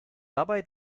dabei